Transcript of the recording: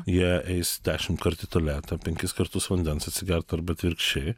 jie eis dešimt kart į tualetą penkis kartus vandens atsigert arba atvirkščiai